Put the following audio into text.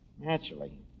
Naturally